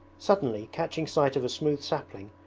suddenly, catching sight of a smooth sapling,